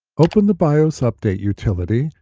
open the bios update utility,